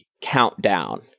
countdown